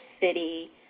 City